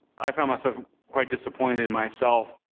i found myself quite disappointed in myself.